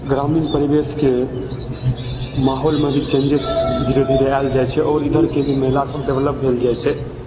ग्रामीण परिवेशके माहौलमे भी चेन्जेस धीरे धीरे आयल जाइ छै आओर इधरके भी महिला सभ डेवलप भेल जाइ छै